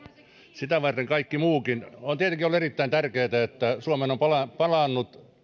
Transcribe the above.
sitä kautta kaikki muukin on tietenkin ollut erittäin tärkeätä että suomeen on palannut palannut